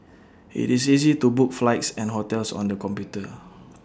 IT is easy to book flights and hotels on the computer